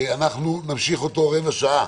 אנחנו נמשיך אותו רבע שעה